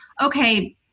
okay